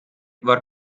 war